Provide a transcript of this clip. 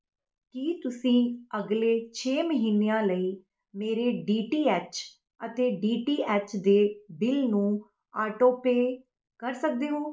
ਕੀ ਤੁਸੀਂਂ ਅਗਲੇ ਛੇ ਮਹੀਨਿਆਂ ਲਈ ਮੇਰੇ ਡੀ ਟੀ ਐੱਚ ਅਤੇ ਡੀ ਟੀ ਐੱਚ ਦੇ ਬਿੱਲ ਨੂੰ ਆਟੋ ਪੇਅ ਕਰ ਸਕਦੇ ਹੋ